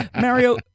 Mario